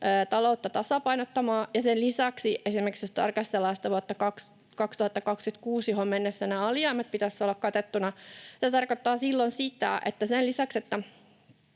taloutta tasapainottamaan — ja jos sen lisäksi esimerkiksi tarkastellaan sitä vuotta 2026, johon mennessä nämä alijäämät pitäisi olla katettuna — tarkoittaa silloin lisäksi, että ei riitä,